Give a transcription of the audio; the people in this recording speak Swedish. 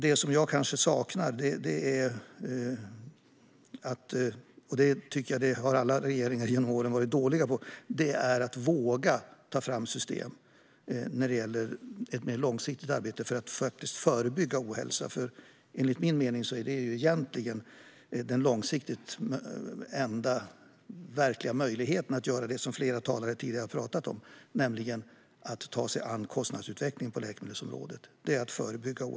Det som jag kanske saknar - något som jag tycker att alla regeringar genom åren varit dåliga på - är att man vågar ta fram system för ett mer långsiktigt arbete för att förebygga ohälsa. Att förebygga ohälsa är enligt min mening långsiktigt den enda verkliga möjligheten att göra det som flera tidigare talare har talat om, nämligen att ta sig an kostnadsutvecklingen på läkemedelsområdet.